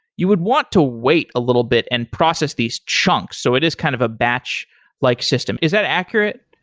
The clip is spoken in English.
you would want to wait a little bit and process these chunks. so it is kind of a batch like system. is that accurate?